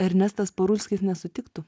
ernestas parulskis nesutiktų